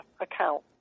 account